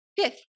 fifth